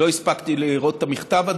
עדיין לא הספקתי לראות את המכתב.